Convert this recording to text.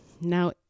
now